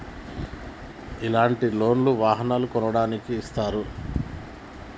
ఇలాంటి లోన్ లు వాహనాలను కొనడానికి ఇస్తారు